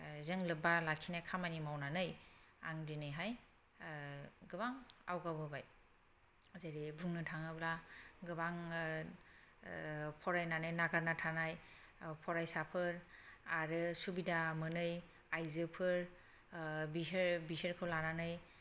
जों लोब्बा लाखिनाय खामानि मावनानै आं दिनैहाय गोबां आवगायबोबाय जेरैहाय बुंनो थाङोब्ला गोबां फरायनानै नागारना थानाय फरायसाफोर आरो सुबिदा मोनै आइजोफोर बिसोरो बिसोरखौ लानानै